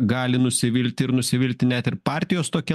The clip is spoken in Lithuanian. gali nusivilti ir nusivilti net ir partijos tokia